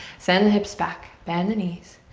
send the hips back, bend the knees.